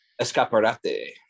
Escaparate